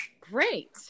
Great